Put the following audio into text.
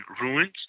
ruins